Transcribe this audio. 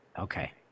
Okay